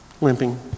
limping